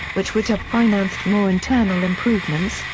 which would have financed more internal improvements,